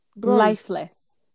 Lifeless